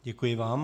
Děkuji vám.